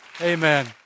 Amen